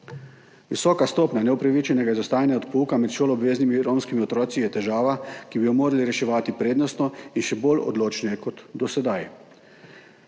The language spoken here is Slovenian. Visoka stopnja neopravičenega izostajanja od pouka med šoloobveznimi romskimi otroki je težava, ki bi jo morali reševati prednostno in še bolj odločneje, kot do sedaj.